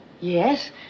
Yes